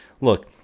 Look